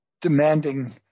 demanding